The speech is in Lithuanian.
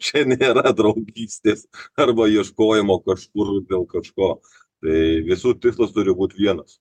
čia nėra draugystės arba ieškojimo kažkur dėl kažko tai visų tikslas turi būt vienas